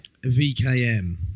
VKM